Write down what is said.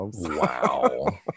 Wow